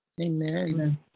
Amen